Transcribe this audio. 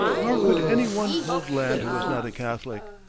nor could any one hold land who was not a catholic.